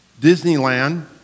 Disneyland